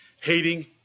hating